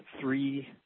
three